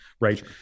right